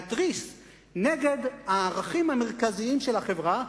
להתריס נגד הערכים המרכזיים של החברה,